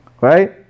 Right